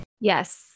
Yes